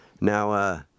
Now